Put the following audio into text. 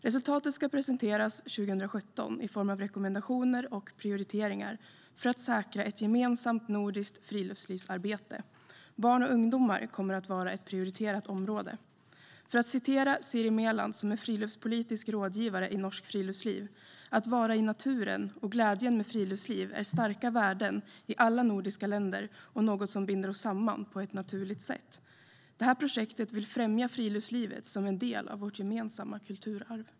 Resultatet ska presenteras 2017 i form av rekommendationer och prioriteringar för att säkra ett gemensamt nordiskt friluftslivsarbete. Barn och ungdomar kommer att vara ett prioriterat område. För att citera Siri Meland, som är friluftspolitisk rådgivare i Norsk Friluftsliv: "Att vara i naturen och glädjen med friluftsliv är starka värden i alla nordiska länder och något som binder oss samman på ett naturligt sätt. Det här projektet vill främja friluftslivet som en del av vårt gemensamma kulturarv."